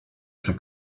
przy